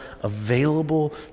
available